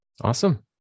Awesome